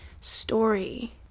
story